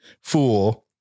fool